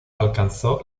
alcanzó